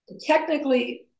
Technically